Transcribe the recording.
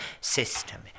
system